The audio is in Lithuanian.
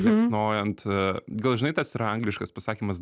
liepsnojant gal žinai tas yra angliškas pasakymas